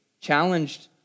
challenged